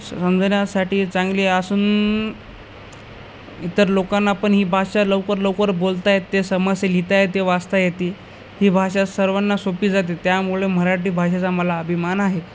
समजण्यासाठी चांगली असून इतर लोकांना पण ही भाषा लवकर लवकर बोलता येते समजते लिहिता येते वाचता येते ही भाषा सर्वांना सोपी जाते त्यामुळे मराठी भाषेचा मला अभिमान आहे